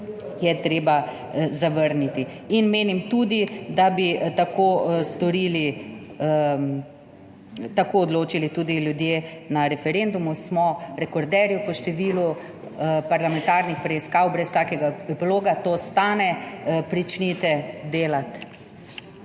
je treba zavrniti. Menim tudi, da bi tako odločili tudi ljudje na referendumu. Smo rekorderji po številu parlamentarnih preiskav brez vsakega epiloga. To stane. Pričnite delati.